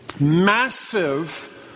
massive